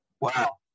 wow